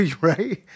right